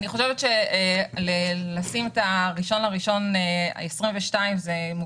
אני חושבת שלשים את ה-1.1.22 זה מוקדם מאוד.